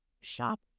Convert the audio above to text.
shop